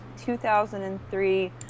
2003